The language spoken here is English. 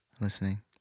Listening